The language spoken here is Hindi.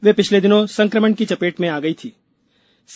वे पिछले दिनों संकमण की चपेट में आ गई थीं